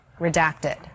redacted